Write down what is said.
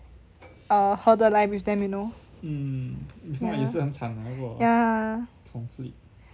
err 合得来 with them you know ya ya